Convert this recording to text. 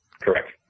Correct